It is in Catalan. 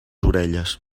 orelles